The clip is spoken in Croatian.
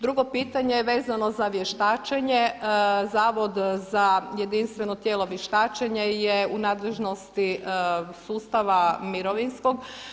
Drugo pitanje vezano za vještačenje, Zavod za jedinstveno tijelo vještačenja je u nadležnosti sustava mirovinskog.